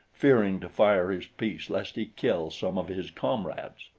fearing to fire his piece lest he kill some of his comrades.